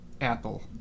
Apple